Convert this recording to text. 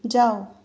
जाओ